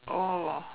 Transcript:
oh